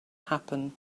happen